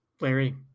Larry